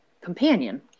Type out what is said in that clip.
companion